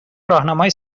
راهنمای